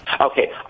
Okay